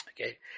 Okay